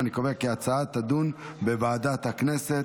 אני מעלה את ההצעה להצבעה לדיון בוועדת הכנסת.